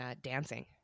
dancing